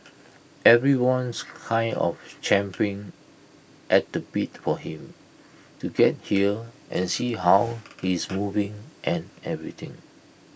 everyone's kind of champing at the bit for him to get here and see how he's moving and everything